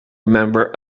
member